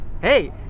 Hey